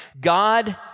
God